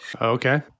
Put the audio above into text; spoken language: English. okay